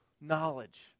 knowledge